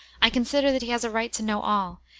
i consider that he has a right to know all,